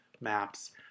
Maps